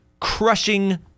crushing